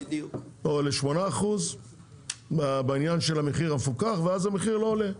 או ל-8% בעניין של המחיר המפוקח ואז המחיר לא עולה.